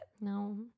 No